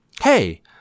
hey